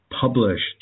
published